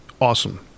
awesome